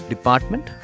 department